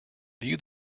view